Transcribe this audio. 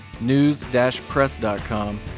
news-press.com